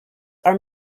are